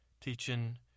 teaching